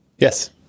Yes